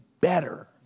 better